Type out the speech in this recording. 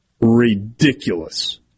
ridiculous